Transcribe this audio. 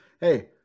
hey